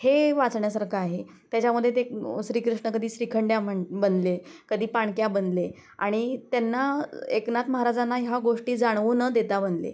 हे वाचण्यासारखं आहे त्याच्यामध्ये ते श्रीकृष्ण कधी श्रीखंड्या बन बनले कधी पाणक्या बनले आणि त्यांना एकनाथ महाराजांना ह्या गोष्टी जाणवू न देता बनले